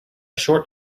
short